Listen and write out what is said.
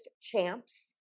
Champs